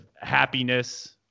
happiness